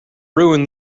ruin